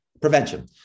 prevention